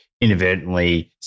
inadvertently